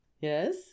yes